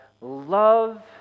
love